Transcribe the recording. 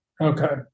Okay